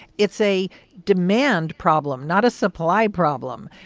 it's a demand problem, not a supply problem.